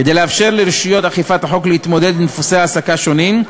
כדי לאפשר לרשויות אכיפת החוק להתמודד עם דפוסי העסקה שונים,